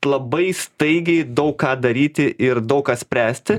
labai staigiai daug ką daryti ir daug ką spręsti